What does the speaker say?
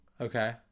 okay